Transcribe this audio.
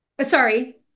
sorry